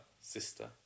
sister